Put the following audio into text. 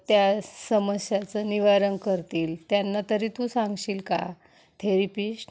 त्या समस्याचं निवारण करतील त्यांना तरी तू सांगशील का थेरिपिश्ट